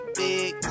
big